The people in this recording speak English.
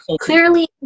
clearly